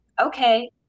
okay